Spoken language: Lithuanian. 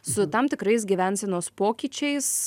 su tam tikrais gyvensenos pokyčiais